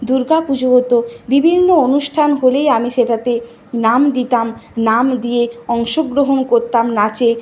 দুর্গা পুজো হতো বিভিন্ন অনুষ্ঠান হলেই আমি সেটাতে নাম দিতাম নাম দিয়ে অংশগ্রহণ করতাম নাচে